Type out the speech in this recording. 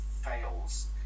fails